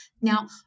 now